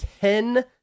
ten